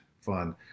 fun